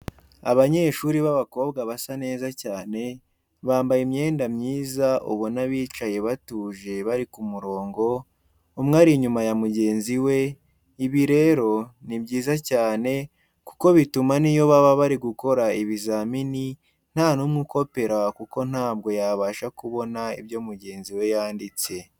Abanyeshuri babakobwa basa neza cyane, bambaye imyenda myiza, ubona bicaye batuje bari ku murongo, umwe ari inyuma ya mugenzi we, ibi rero ni byiza cyane kuko bituma niyo baba bari gukora ibizamini nta numwe ukopera kuko ntabwo yabasha kubona ibyo mugenzi we yanditse.